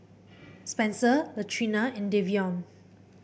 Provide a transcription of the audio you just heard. Spenser Latrina and Davion